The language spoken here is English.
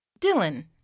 Dylan